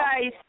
guys